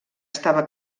estava